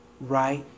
right